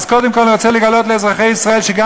אז קודם כול אני רוצה לגלות לאזרחי ישראל שגם